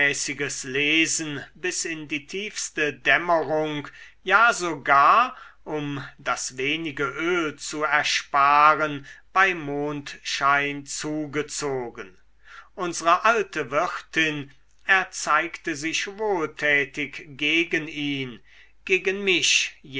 lesen bis in die tiefste dämmerung ja sogar um das wenige öl zu ersparen bei mondschein zugezogen unsere alte wirtin erzeigte sich wohltätig gegen ihn gegen mich